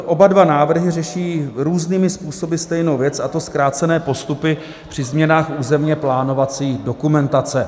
Oba dva návrhy řeší různými způsoby stejnou věc, a to zkrácené postupy při změnách územněplánovací dokumentace.